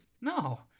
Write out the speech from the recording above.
No